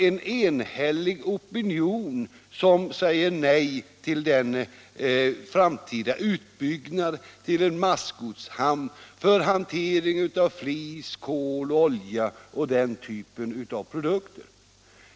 En enhällig opinion säger alltså nej till en framtida utbyggnad av Wallhamn till en massgodshamn för hantering av flis, kol, olja och liknande produkter.